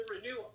renewal